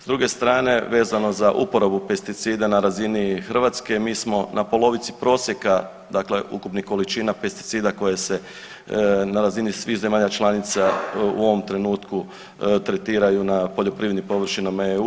S druge strane vezano za uporabu pesticida na razini Hrvatske mi smo na polovici prosjeka, dakle ukupnih količina pesticida koje se na razini svih zemalja članica u ovom trenutku tretiraju na poljoprivrednim površinama EU.